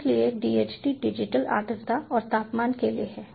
इसलिए DHT digital आर्द्रता और तापमान के लिए है